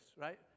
right